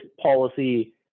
policy